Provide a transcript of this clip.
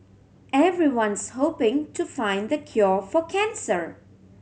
everyone's hoping to find the cure for cancer